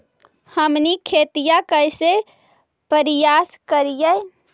हमनी खेतीया कइसे परियास करियय?